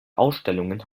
ausstellungen